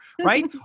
right